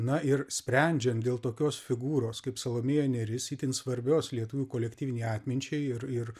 na ir sprendžiant dėl tokios figūros kaip salomėja nėris itin svarbios lietuvių kolektyvinei atminčiai ir ir